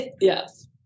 Yes